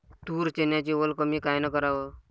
तूर, चन्याची वल कमी कायनं कराव?